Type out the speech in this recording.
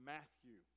Matthew